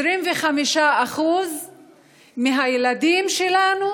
25% מהילדים שלנו